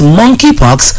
monkeypox